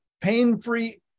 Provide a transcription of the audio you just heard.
pain-free